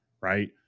right